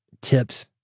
Tips